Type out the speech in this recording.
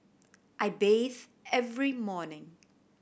I bathe every morning